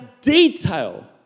detail